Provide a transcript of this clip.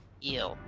Ew